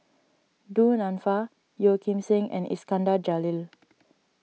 Du Nanfa Yeo Kim Seng and Iskandar Jalil